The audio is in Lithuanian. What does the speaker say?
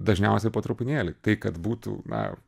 dažniausiai po trupinėlį tai kad būtų na